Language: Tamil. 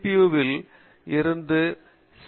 யூ வில் இருந்து பல சி